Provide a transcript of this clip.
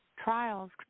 trials